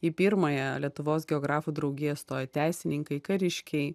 į pirmąją lietuvos geografų draugiją stojo teisininkai kariškiai